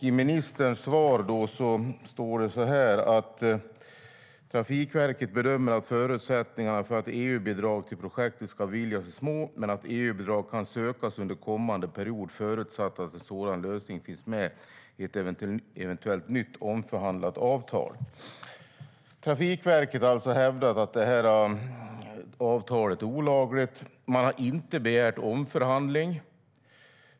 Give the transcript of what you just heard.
I ministerns svar står det att Trafikverket bedömer att förutsättningarna för att EU-bidrag till projektet ska beviljas är små men att EU-bidrag kan sökas under kommande period förutsatt att en sådan lösning finns med i ett eventuellt nytt omförhandlat avtal. Trafikverket har alltså hävdat att avtalet är olagligt. Man har inte begärt omförhandling.